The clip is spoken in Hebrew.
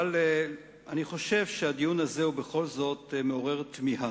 אבל אני חושב שהדיון הזה בכל זאת מעורר תמיהה,